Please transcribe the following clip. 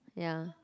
ya